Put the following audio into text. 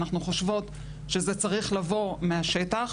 אנחנו חושבות שזה צריך לבוא מהשטח,